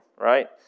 right